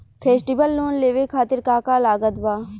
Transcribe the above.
Festival loan लेवे खातिर का का लागत बा?